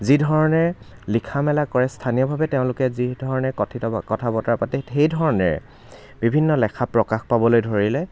যি ধৰণেৰে লিখা মেলা কৰে স্থানীয়ভাৱে তেওঁলোকে যি ধৰণে কথিত বা কথা বতৰা পাতে সেই ধৰণেৰে বিভিন্ন লেখা প্ৰকাশ পাবলৈ ধৰিলে